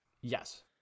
yes